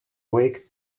weak